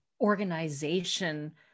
organization